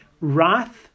wrath